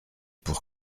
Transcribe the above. pour